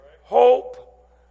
Hope